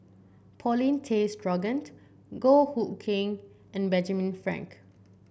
Paulin Tay Straughan Goh Hood Keng and Benjamin Frank